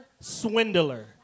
Swindler